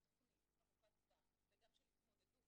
תוכנית ארוכת טווח וגם של התמודדות